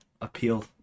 appeal